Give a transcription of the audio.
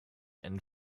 and